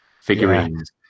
figurines